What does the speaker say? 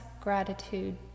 gratitude